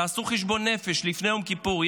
תעשו חשבון נפש לפני יום כיפור,